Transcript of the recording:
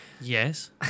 Yes